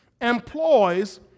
Employs